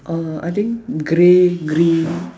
uh I think grey green